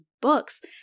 books